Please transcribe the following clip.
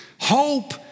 Hope